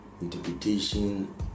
interpretation